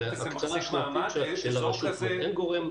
יאיר,